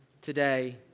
today